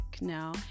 now